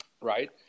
right